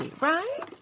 right